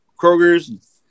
Kroger's